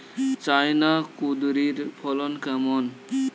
China কুঁদরীর ফলন কেমন?